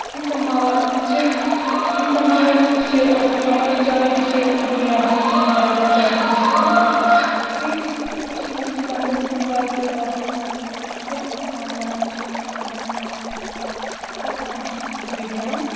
یہِ سَماوار تہِ چھِ یہِ سَماوار تہِ چھُ یہِ سَمار چاے تہِ چھِ دُنیا بَرَس منٛز واریاہ زیادٕ مَشہور بیٚیہِ حظ چھِ یِتھ پٲٹھۍ کٔشیٖرِ منٛز چھِ وَندَس منٛز حظ واریاہ زیادٕ صحتُک معاملات تہِ چھُ کیٚنہہ حد کینٛہہ حد تام چھِ تِم تہِ بِگڑان